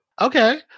Okay